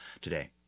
today